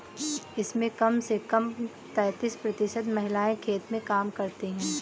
इसमें कम से कम तैंतीस प्रतिशत महिलाएं खेत में काम करती हैं